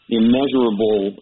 immeasurable